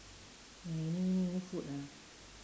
any new food ah